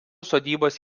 sodybos